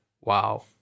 wow